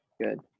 Good